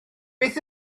beth